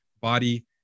body